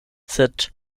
sed